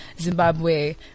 Zimbabwe